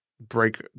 break